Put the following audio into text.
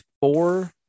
four